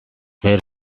where